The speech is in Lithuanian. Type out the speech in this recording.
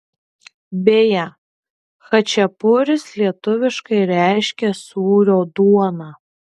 beje chačiapuris lietuviškai reiškia sūrio duoną